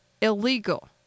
illegal